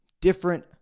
different